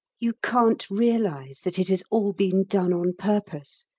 you can't realise that it has all been done on purpose,